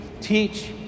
teach